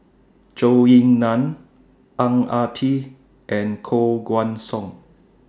Zhou Ying NAN Ang Ah Tee and Koh Guan Song